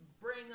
bring